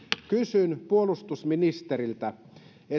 kysyn puolustusministeriltä